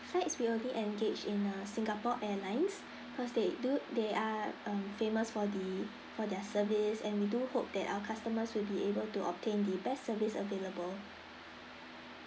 flights we only engage in uh singapore airlines cause they do they are um famous for the for their service and we do hope that our customers will be able to obtain the best service available